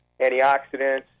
antioxidants